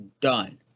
done